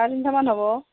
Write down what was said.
চাৰে তিনিশমান হ'ব